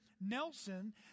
Nelson